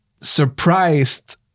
surprised